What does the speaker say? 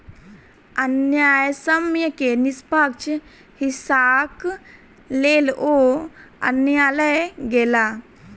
न्यायसम्य के निष्पक्ष हिस्साक लेल ओ न्यायलय गेला